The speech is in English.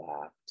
laughed